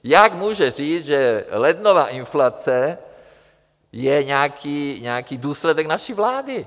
Jak může říct, že lednová inflace je nějaký důsledek naší vlády?